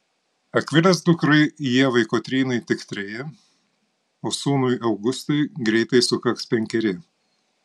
akvilės dukrai ievai kotrynai tik treji o sūnui augustui greitai sukaks penkeri